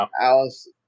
Alice